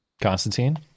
Constantine